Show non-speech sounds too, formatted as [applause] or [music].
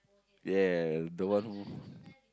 yeah the one who [breath]